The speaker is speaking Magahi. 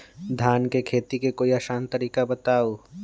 धान के खेती के कोई आसान तरिका बताउ?